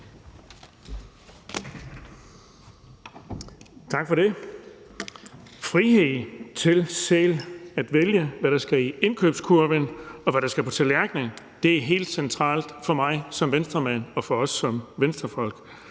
Tak for det. Frihed til selv at vælge, hvad der skal i indkøbskurven, og hvad der skal på tallerkenen, er helt centralt for mig som Venstremand og for os som Venstrefolk.